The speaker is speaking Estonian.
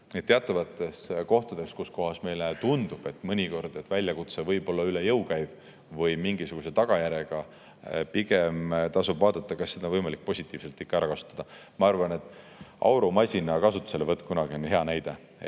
teatavates kohtades, kus meile tundub, et mõnikord võib väljakutse olla üle jõu käiv või mingisuguse tagajärjega, tasub pigem vaadata, kas seda on võimalik positiivselt ära kasutada. Ma arvan, et aurumasina kasutuselevõtt kunagi on hea näide.